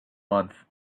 month